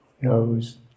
Nose